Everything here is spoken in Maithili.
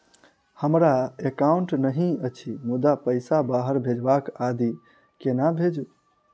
हमरा एकाउन्ट नहि अछि मुदा पैसा बाहर भेजबाक आदि केना भेजू?